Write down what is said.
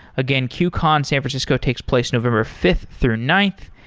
again, qcon san francisco takes place november fifth through ninth,